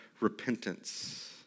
repentance